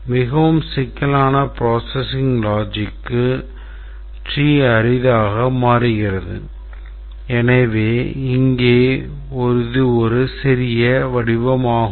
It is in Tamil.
மிகவும் சிக்கலான processing logic க்கு tree பெரிதாக மாறுகிறது ஆனால் இங்கே இது ஒரு சிறிய வடிவம் ஆகும்